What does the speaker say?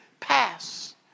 Pass